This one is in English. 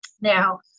Now